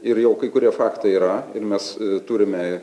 ir jau kai kurie faktai yra ir mes turime